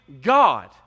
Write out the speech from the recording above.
God